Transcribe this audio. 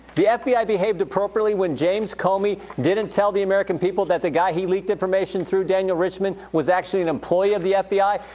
the yeah fbi behaved appropriately when james comey didn't tell the american people that the guy he leaked information through, daniel richmond, was actually an employee of the fbi.